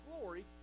glory